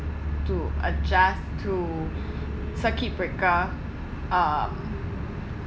to adjust to circuit breaker um